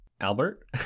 Albert